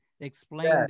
explain